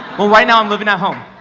well right now i'm living at home.